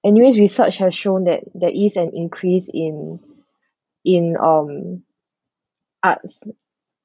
N_U_S research has shown that there is an increase in in um arts